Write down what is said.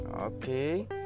okay